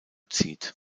zieht